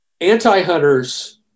Anti-hunters